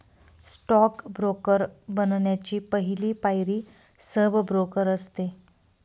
stock broker बनण्याची पहली पायरी सब ब्रोकर असते